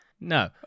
No